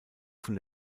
von